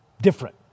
different